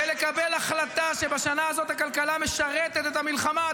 לקבל החלטה שבשנה הזאת הכלכלה משרתת את המלחמה,